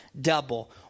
double